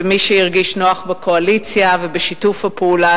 ומי שהרגיש נוח בקואליציה ובשיתוף הפעולה